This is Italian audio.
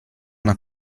una